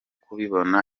kubibona